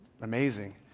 amazing